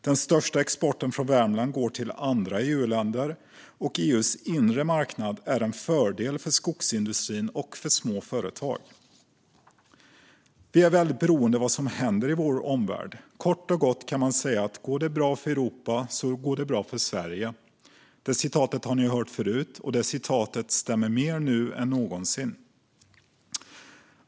Den största exporten från Värmland går till andra EU-länder, och EU:s inre marknad är en fördel för skogsindustrin och för små företag. Vi är väldigt beroende av vad som händer i vår omvärld. Kort och gott kan man säga att om det går bra för Europa går det bra för Sverige. Det citatet har ni hört förut, och det stämmer mer nu än någonsin.